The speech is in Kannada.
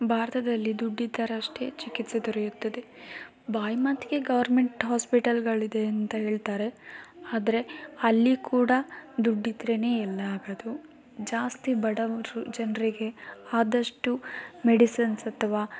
ಭಾರತದಲ್ಲಿ ದುಡ್ಡಿದ್ದರಷ್ಟೇ ಚಿಕಿತ್ಸೆ ದೊರೆಯುತ್ತದೆ ಬಾಯಿಮಾತಿಗೆ ಗೋರ್ಮೆಂಟ್ ಹಾಸ್ಪಿಟಲ್ಗಳು ಇದೆ ಅಂತ ಹೇಳ್ತಾರೆ ಆದರೆ ಅಲ್ಲಿ ಕೂಡ ದುಡ್ಡಿದ್ರೇ ಎಲ್ಲ ಆಗೋದು ಜಾಸ್ತಿ ಬಡವರು ಜನರಿಗೆ ಆದಷ್ಟು ಮೆಡಿಸಿನ್ಸ್ ಅಥವಾ